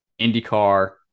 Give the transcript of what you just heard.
indycar